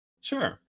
Sure